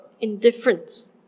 indifference